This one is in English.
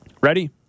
Ready